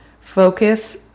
Focus